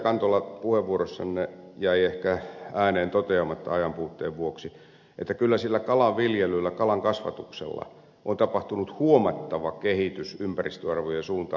kantola puheenvuorossanne jäi ehkä ääneen toteamatta ajanpuutteen vuoksi että kyllä kalanviljelyllä kalankasvatuksella on tapahtunut huomattava kehitys ympäristöarvojen suuntaan